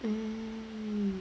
mm